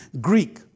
Greek